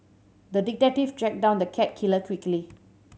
the detective tracked down the cat killer quickly